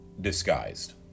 disguised